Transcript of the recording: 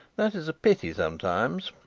that is a pity sometimes.